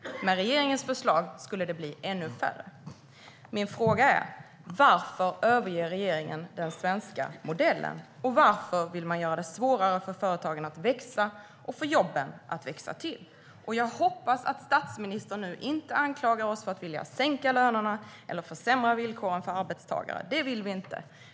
Med regeringens förslag skulle det bli ännu färre. Min fråga är: Varför överger regeringen den svenska modellen? Varför vill man göra det svårare för företagen att växa och få jobben att växa till? Jag hoppas att statsministern nu inte anklagar oss för att vilja sänka lönerna eller försämra villkoren för arbetstagare. Det vill vi inte.